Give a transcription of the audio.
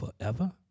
forever